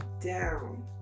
down